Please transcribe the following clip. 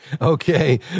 Okay